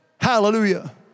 Hallelujah